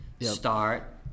start